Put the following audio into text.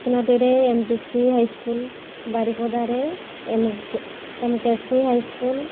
ବେତନଟିରେ M P C high school ବାରିପଦାରେ M K M K C high school